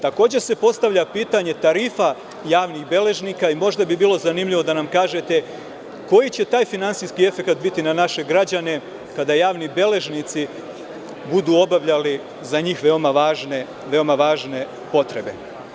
Takođe se postavlja pitanje tarifa javnih beležnika i možda bi bilo zanimljivo da nam kažete koji će finansijski efekat biti na naše građane kada javni beležnici budu obavljali za njih veoma važne potrebe?